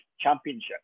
Championship